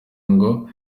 ngo